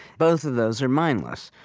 both of those are mindless.